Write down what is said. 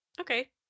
Okay